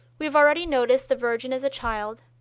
we have already noticed the virgin as a child,